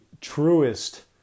truest